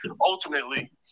ultimately